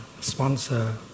sponsor